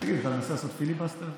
אתה רוצה לעשות פיליבסטר עכשיו?